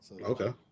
Okay